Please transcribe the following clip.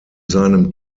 seinem